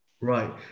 Right